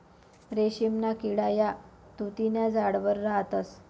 रेशीमना किडा या तुति न्या झाडवर राहतस